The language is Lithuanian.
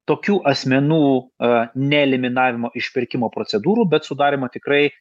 tokių asmenų a ne eliminavimo iš pirkimo procedūrų bet sudarymą tikrai